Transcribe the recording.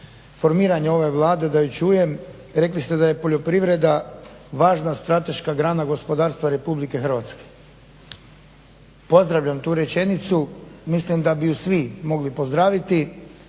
formiranja ove Vlade da ju čujem. Rekli ste da je poljoprivreda važna strateška grana gospodarstva RH. pozdravljam tu rečenicu. Mislim da bi ju svi mogli pozdraviti